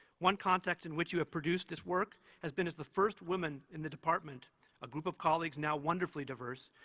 one context in which you have produced this work has been as the first woman in the department a group of colleagues, now wonderfully diverse,